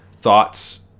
thoughts